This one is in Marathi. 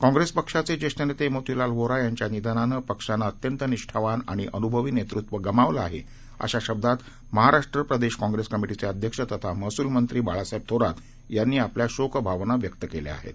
काँग्रेसपक्षाचेज्येष्ठनेतेमोतीलालव्होरायांच्यानिधनानंपक्षानंअत्यंतनिष्ठावानआणिअन् भवीनेतृत्वगमावलंआहे अशाशब्दातमहाराष्ट्रप्रदेशकाँग्रेसकमिटीचेअध्यक्षतथामहस्लमंत्रीबाळासाहेबथोरातयांनीआप ल्याशोकभवनाव्यक्तकेल्याआहेत